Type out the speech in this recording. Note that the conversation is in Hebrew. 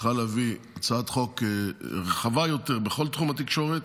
צריכה להביא הצעת חוק רחבה יותר בכל תחום התקשורת